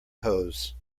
pose